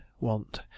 want